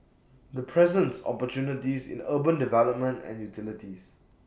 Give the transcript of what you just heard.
this presents opportunities in urban development and utilities